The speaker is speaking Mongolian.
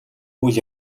үйл